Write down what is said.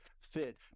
fit